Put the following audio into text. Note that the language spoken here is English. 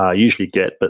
ah usually git, but